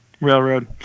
railroad